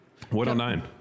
109